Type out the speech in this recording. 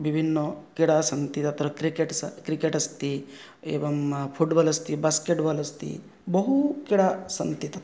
विभिन्न क्रीडाः सन्ति तत्र क्रिकेट् स क्रिकेट् अस्ति एवं फुट्बाल् अस्ति बास्केट् बाल् अस्ति बहु क्रीडा सन्ति तत्र